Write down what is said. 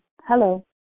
hello